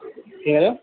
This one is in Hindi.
कह रहे हो